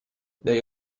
they